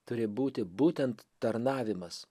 turi būti būtent tarnavimas